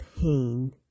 pain